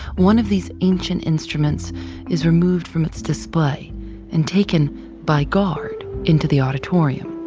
one of these ancient instruments is removed from its display and taken by guard into the auditorium.